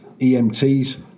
EMTs